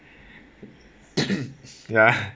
ya